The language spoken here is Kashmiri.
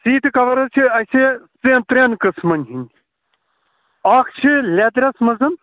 سیٖٹہِ کَوَر حظ چھِ اَسہِ ترٛٮ۪ن ترٛٮ۪ن قٕسمَن ہٕنٛدۍ اَکھ چھِ لیٚدرَس منٛز